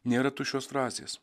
nėra tuščios frazės